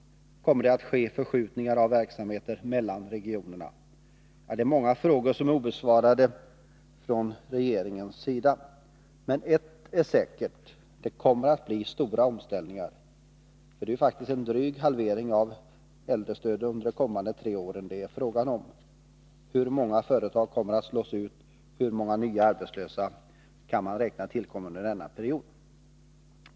Kommer det att ske förskjutningar av verksamheter mellan regioner? Många frågor är obesvarade av regeringen. Men ett är säkert: Det kommer att bli stora omställningar, för det är faktiskt fråga om en dryg halvering av äldrestödet under de kommande tre åren. Hur många företag kommer att slås ut? Hur många nya arbetslösa tillkommer under denna period?